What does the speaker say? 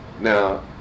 now